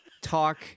talk